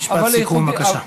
משפט סיכום, בבקשה.